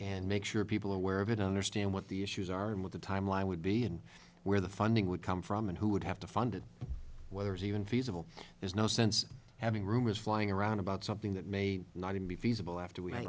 and make sure people are aware of it understand what the issues are and what the timeline would be and where the funding would come from and who would have to fund it whether is even feasible there's no sense having rumors flying around about something that may not even be feasible after we